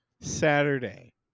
Saturday